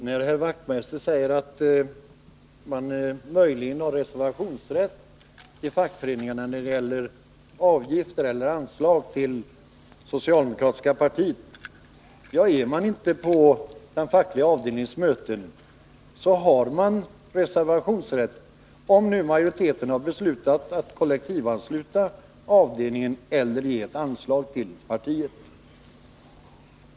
Herr talman! Knut Wachtmeister säger att man möjligen har reservationsrätt i fackföreningarna när det gäller avgifter eller anslag till socialdemokratiska partiet. Ja, är man inte med på den fackliga avdelningens möten, så har man reservationsrätt, om majoriteten beslutat att kollektivansluta avdelningen eller ge ett anslag till partiet.